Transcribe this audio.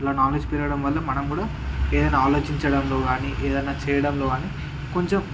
అలా నాలెడ్జ్ పెరగడం వల్ల మనం కూడా ఏదన్నా ఆలోచించడంలో కానీ ఏదన్నా చేయడంలో కానీ కొంచం